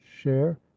share